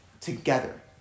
together